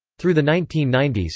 through the nineteen ninety s,